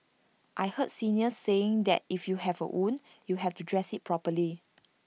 I heard seniors saying that if you have A wound you have to dress IT properly